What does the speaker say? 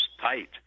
tight